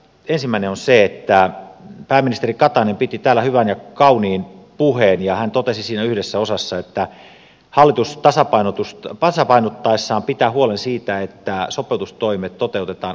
ensimmäinen on se että pääministeri katainen piti täällä hyvän ja kauniin puheen ja hän totesi siinä yhdessä osassa että hallitus tasapainottaessaan pitää huolen siitä että sopeutustoimet toteutetaan oikeudenmukaisella tavalla